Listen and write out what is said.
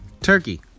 Turkey